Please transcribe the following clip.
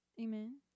Amen